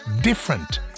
Different